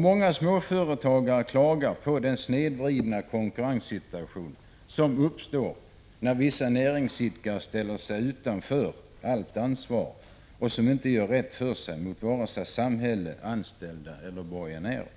Många småföretagare klagar över den snedvridna konkurrenssituation som uppstår när vissa näringsidkare ställer sig utanför allt ansvar och inte gör rätt för sig mot samhälle, anställda eller borgenärer.